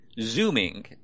zooming